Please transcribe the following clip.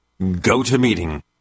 GoToMeeting